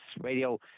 Radio